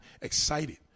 excited